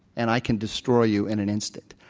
and i can destroy you in an instant.